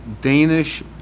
Danish